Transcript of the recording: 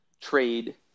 trade